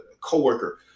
coworker